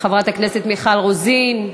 חברת הכנסת מיכל רוזין,